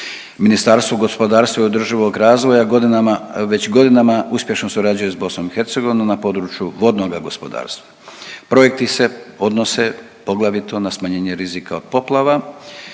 Ministarstvo gospodarstva i održivog razvoja godinama, već godinama uspješno surađuje s BiH na području vodnoga gospodarstva. Projekti se odnose poglavito na smanjenje rizika od poplava